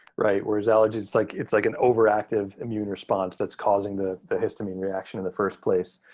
right, whereas allergies, like it's like an overactive immune response that's causing the the histamine reaction in the first place.